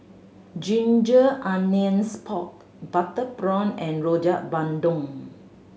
ginger onions pork butter prawn and Rojak Bandung